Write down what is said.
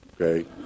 okay